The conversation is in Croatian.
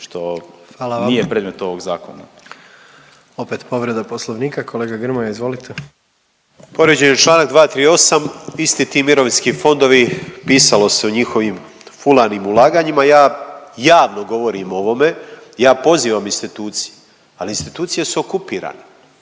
Gordan (HDZ)** Opet povreda Poslovnika. Kolega Grmoja izvolite. **Grmoja, Nikola (MOST)** Povrijeđen je čl. 238. Isti ti mirovinski fondovi, pisalo se o njihovim fulanim ulaganjima, ja javno govorim o ovome, ja pozivam institucije, ali institucije su okupirane.